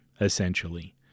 essentially